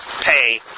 pay